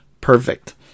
perfect